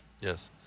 Yes